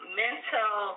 mental